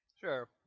Sure